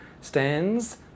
stands